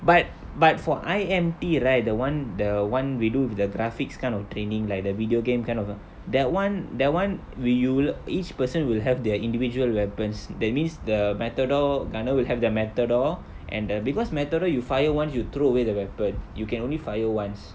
but but for I_M_T right the [one] the [one] we do with the graphics kind of training like the video game kind of a that [one] that [one] w~ you each person will have their individual weapons that means the matador gunner will have their matador and uh because matador you fire once you throw away the weapon you can only fire once